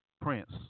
Prince